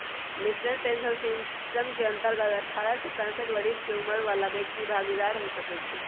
national pension system के अंतर्गत अठारह से पैंसठ बरिश के उमर बला व्यक्ति भागीदार हो सकइ छीन्ह